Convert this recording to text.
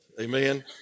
Amen